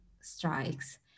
strikes